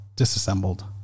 Disassembled